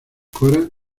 cora